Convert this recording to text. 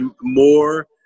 more